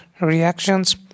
reactions